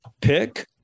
pick